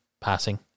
passing